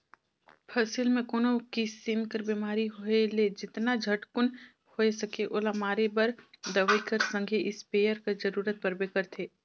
फसिल मे कोनो किसिम कर बेमारी होए ले जेतना झटकुन होए सके ओला मारे बर दवई कर संघे इस्पेयर कर जरूरत परबे करथे